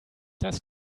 das